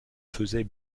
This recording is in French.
faisait